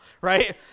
right